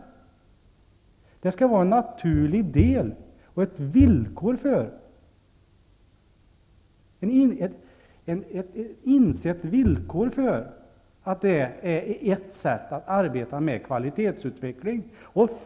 Uppföljning och utvärdering skall vara en naturlig del och ett insett villkor, ett sätt att arbeta med kvalitetsutveckling.